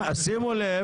שימו לב,